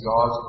God